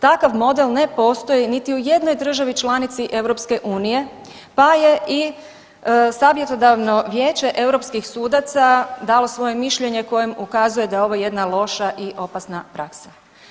Takav model ne postoji niti u jednoj državi članici EU, pa je i savjetodavno vijeće europskih sudaca dalo svoje mišljenje kojim ukazuje da je ovo jedna loša i opasna praksa.